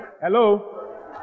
Hello